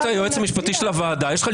הצעת חוק-יסוד: השפיטה (תיקון חיזוק הפרדת רשויות) כפי שהיא כרגע,